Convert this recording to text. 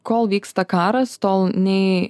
kol vyksta karas tol nei